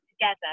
together